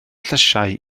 llysiau